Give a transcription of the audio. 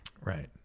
Right